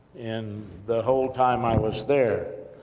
in the whole time i was there.